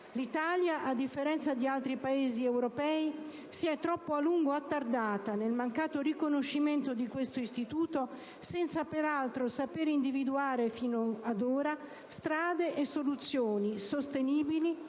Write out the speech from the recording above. L'Italia, a differenza di altri Paesi europei, si è troppo a lungo attardata nel mancato riconoscimento di questo istituto senza peraltro saper individuare fino ad ora strade e soluzioni sostenibili